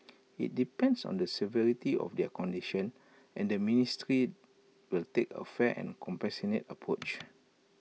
IT depends on the severity of their condition and the ministry will take A fair and compassionate approach